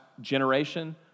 generation